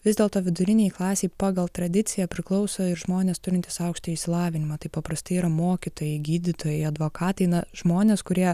vis dėlto vidurinei klasei pagal tradiciją priklauso ir žmonės turintys aukštąjį išsilavinimą taip paprastai yra mokytojai gydytojai advokatai na žmonės kurie